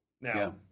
Now